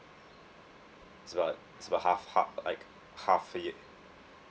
is about is about half half like half a year